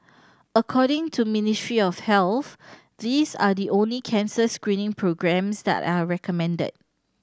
according to Ministry of Health these are the only cancer screening programmes that are recommended